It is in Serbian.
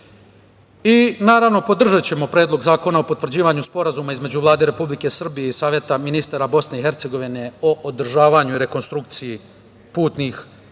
zemlje. Podržaćemo Predlog zakona o potvrđivanju Sporazuma između Vlade Republike Srbije i Saveta ministara Bosne i Hercegovine o održavanju i rekonstrukciji putnih međudržavnih